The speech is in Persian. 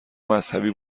مذهبی